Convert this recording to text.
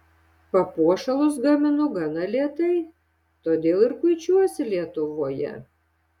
papuošalus gaminu gana lėtai todėl ir kuičiuosi lietuvoje